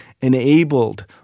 enabled